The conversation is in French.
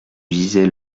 gisait